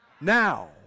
now